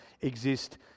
exist